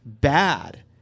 bad